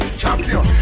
champion